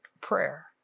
prayer